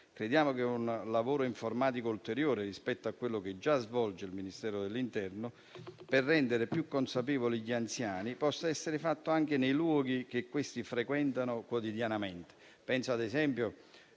Crediamo che un lavoro informativo ulteriore rispetto a quello che già svolge il Ministero dell'interno, per rendere più consapevoli gli anziani, possa essere fatto anche nei luoghi che questi frequentano quotidianamente. Penso, ad esempio,